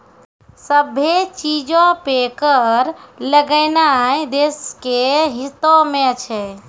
सभ्भे चीजो पे कर लगैनाय देश के हितो मे छै